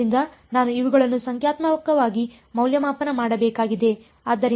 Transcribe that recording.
ಆದ್ದರಿಂದ ನಾನು ಇವುಗಳನ್ನು ಸಂಖ್ಯಾತ್ಮಕವಾಗಿ ಮೌಲ್ಯಮಾಪನ ಮಾಡಬೇಕಾಗಿದೆ